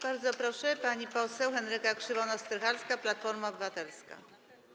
Bardzo proszę, pani poseł Henryka Krzywonos-Strycharska, Platforma Obywatelska.